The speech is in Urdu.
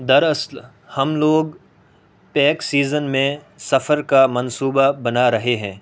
دراصل ہم لوگ پیک سیزن میں سفر کا منصوبہ بنا رہے ہیں